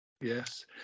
Yes